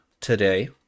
today